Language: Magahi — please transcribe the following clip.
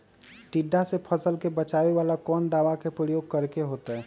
टिड्डा से फसल के बचावेला कौन दावा के प्रयोग करके होतै?